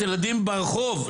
600 ילדים ברחוב,